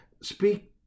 speak